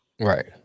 Right